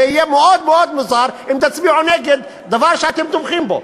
זה יהיה מאוד מאוד מוזר אם תצביעו נגד דבר שאתם תומכים בו.